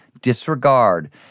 disregard